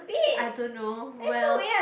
I don't know well